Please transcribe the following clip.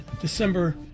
December